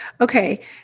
Okay